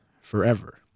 forever